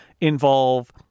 involve